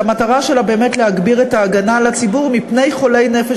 והמטרה שלה באמת להגביר את ההגנה על הציבור מפני חולי נפש